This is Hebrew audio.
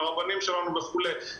מהרבנים שלנו וכולי,